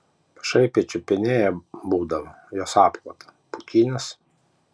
pašaipiai čiupinėja būdavo jos apklotą pūkinis